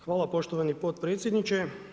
Hvala poštovani potpredsjedniče.